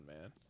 Man